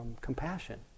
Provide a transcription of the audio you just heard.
compassion